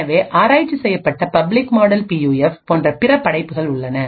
எனவே ஆராய்ச்சி செய்யப்பட்ட பப்ளிக் மாடல் பியூஎஃப் போன்ற பிற படைப்புகள் உள்ளன